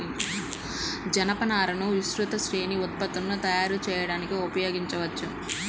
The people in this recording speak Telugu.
జనపనారను విస్తృత శ్రేణి ఉత్పత్తులను తయారు చేయడానికి ఉపయోగించవచ్చు